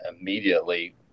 immediately